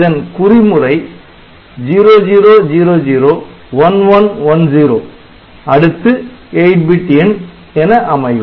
இதன் குறிமுறை 0000 1110 அடுத்து 8 பிட் எண் என அமையும்